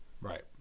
Right